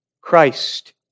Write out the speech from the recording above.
Christ